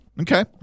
Okay